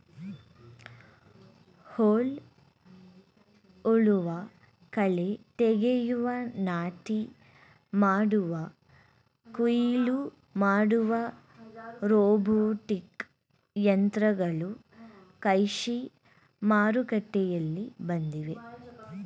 ಹೊಲ ಉಳುವ, ಕಳೆ ತೆಗೆಯುವ, ನಾಟಿ ಮಾಡುವ, ಕುಯಿಲು ಮಾಡುವ ರೋಬೋಟಿಕ್ ಯಂತ್ರಗಳು ಕೃಷಿ ಮಾರುಕಟ್ಟೆಯಲ್ಲಿ ಬಂದಿವೆ